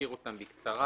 ואזכיר אותם בקצרה.